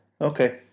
Okay